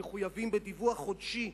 מחויבים בדיווח חודשי,